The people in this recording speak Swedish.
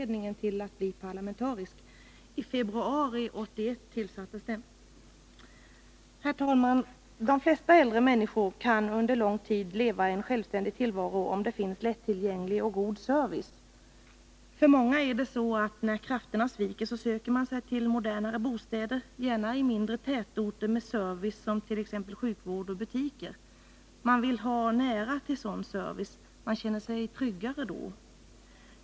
De flesta äldre människor kan under lång tid leva en självständig tillvaro om det finns lättillgänglig och god service. För många är det så att när krafterna sviker söker man sig till modernare bostäder, gärna i mindre tätorter med service som t.ex. sjukvård och butiker. Man vill ha nära till sådan service. Man känner sig tryggare då.